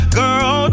girl